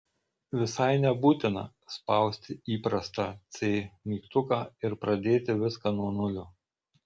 visai nebūtina spausti įprastą c mygtuką ir pradėti viską nuo nulio